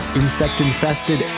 insect-infested